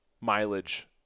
mileage